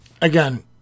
Again